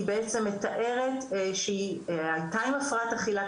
היא בעצם מתארת שהיא הייתה עם הפרעת אכילה,